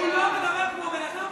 שהוא לא מתנהג כמו בן אדם.